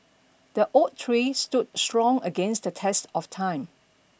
the oak tree stood strong against the test of time